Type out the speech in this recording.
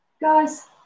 Guys